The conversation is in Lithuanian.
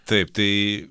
taip tai